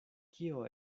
kio